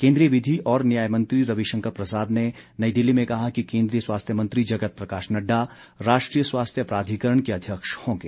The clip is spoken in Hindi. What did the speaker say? केंद्रीय विधि और न्याय मंत्री रवि शंकर प्रसाद ने नई दिल्ली में कहा कि केन्द्रीय स्वास्थ्य मंत्री जगत प्रकाश नड्डा राष्ट्रीय स्वास्थ्य प्राधिकरण के अध्यक्ष होंगे